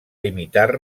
imitar